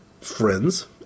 friends